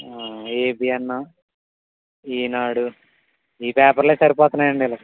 ABN Eenadu ఈ పేపర్లే సరిపోతున్నాయండీ వీళ్ళకి